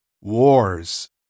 Wars